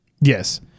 Yes